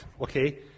okay